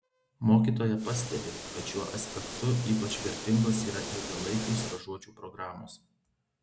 mokytoja pastebi kad šiuo aspektu ypač vertingos yra ilgalaikių stažuočių programos